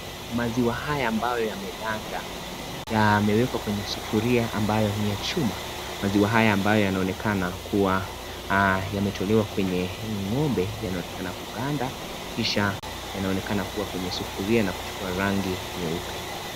Maziwa haya ambayo yameganda yamewekwa kwenye sufuria ambayo ni ya chuma. Maziwa haya ambayo yanaonekana kuwa yametolewa kwenye ngombe yanaonekana kuganda kisha yanaonekana kuwa kwenye sufuria na kuchukua rangi nyeupe.